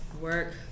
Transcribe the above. work